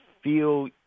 feel